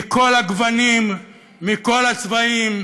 מכל הגוונים, מכל הצבעים,